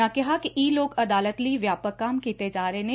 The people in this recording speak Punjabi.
ਉਨ੍ਹਾਂ ਕਿਹਾ ਕਿ ਈ ਲੋਕ ਅਦਾਲਤ ਲਈ ਵਿਆਪਕ ਕੰਮ ਕੀਤੇ ਜਾ ਰਹੇ ਨੇ